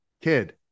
kid